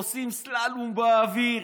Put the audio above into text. עושים סללום באוויר,